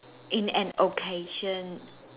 in an occasion